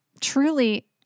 truly